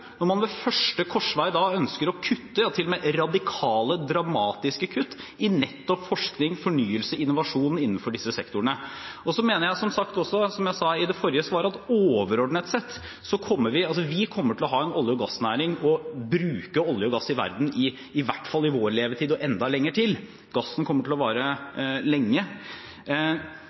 når man ved første korsvei ønsker å kutte – ja, til og med radikale, dramatiske kutt – i nettopp forskning, fornyelse og innovasjon innenfor disse sektorene. Jeg mener som sagt også, som jeg sa i det forrige svaret, at overordnet sett kommer vi til å ha en olje- og gassnæring og bruke olje og gass i verden i hvert fall i vår levetid og enda lenge til. Gassen kommer til å